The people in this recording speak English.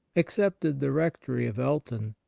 accepted the rectory of elton,